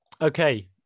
okay